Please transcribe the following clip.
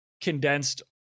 condensed